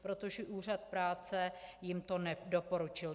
Protože úřad práce jim to nedoporučil.